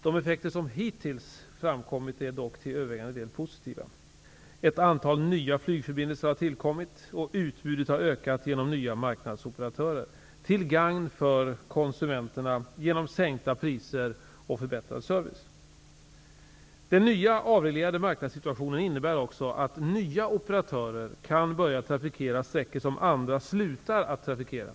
De effekter som hittills framkommit är dock till övervägande del positiva. Ett antal nya flygförbindelser har tillkommit, och utbudet har ökat genom nya marknadsoperatörer, till gagn för konsumenterna genom sänkta priser och förbättrad service. Den nya avreglerade marknadssituationen innebär också att nya operatörer kan börja trafikera sträckor som andra slutar att trafikera.